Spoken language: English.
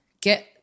get